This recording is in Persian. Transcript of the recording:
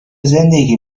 زندگی